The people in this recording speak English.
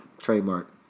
Trademark